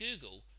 Google